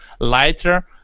lighter